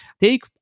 take